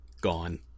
gone